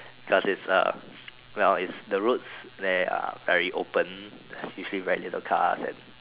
cause it's a well its the routes there are very open there's very little car and